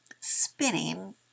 spinning